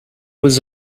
was